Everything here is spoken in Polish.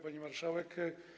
Pani Marszałek!